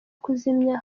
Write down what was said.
kuzimya